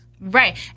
Right